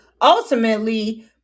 ultimately